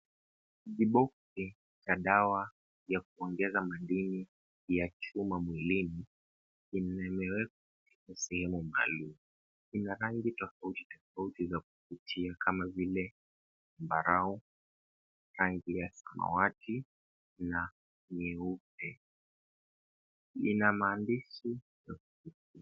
Viboksi vya dawa ya kuongeza madini ya chuma mwilini imewekwa katika sehemu maalumu, ina rangi tofauti tofauti za kuvutia kama vile zambarua, rangi ya samawati, na nyeupe, ina maandishi ya kuvutia.